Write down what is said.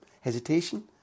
hesitation